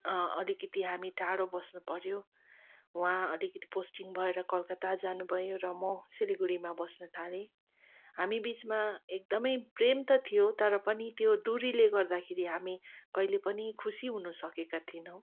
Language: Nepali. अलिकति हामी टाढो बस्नु पऱ्यो उहाँ अलिकति पोस्टिङ भएर कलकता जानुभयो र म सिलगढीमा बस्न थालेँ हामीबिचमा एकदमै प्रेम त थियो तर पनि त्यो दूरीले गर्दाखेरि हामी कहिले पनि खुसी हुनु सकेका थिएनौँ